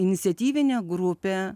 iniciatyvinė grupė